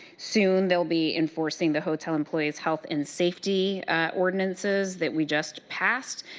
soon they will be enforcing the hotel employees health and safety ordinances, that we just passed.